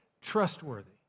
trustworthy